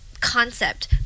concept